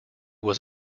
was